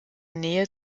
nähe